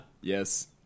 Yes